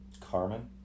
Carmen